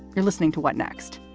you're listening to what next.